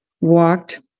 walked